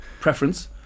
preference